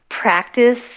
Practice